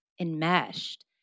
enmeshed